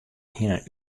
hienen